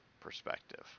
perspective